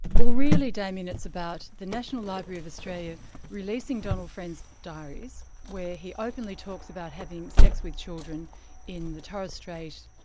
well really, damien, it's about the national library of australia releasing donald friend's diaries, where he openly talks about having sex with children in the torres strait,